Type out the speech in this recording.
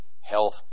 health